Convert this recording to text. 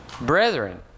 brethren